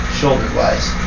shoulder-wise